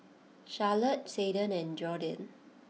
Charolette Seldon and Jordyn